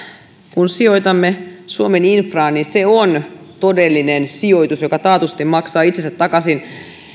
kun sijoitamme suomen infraan niin se on todellinen sijoitus joka taatusti maksaa itsensä takaisin